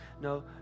No